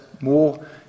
more